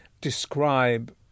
describe